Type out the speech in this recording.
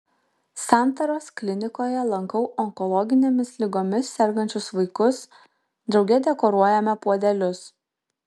santaros klinikoje lankau onkologinėmis ligomis sergančius vaikus drauge dekoruojame puodelius